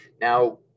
Now